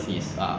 (uh huh)